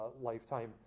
lifetime